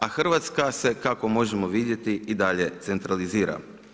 A Hrvatska se kako možemo vidjeti i dalje decentralizira.